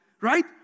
Right